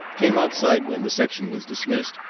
came outside when the section was dismissed,